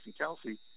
Kelsey